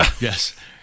yes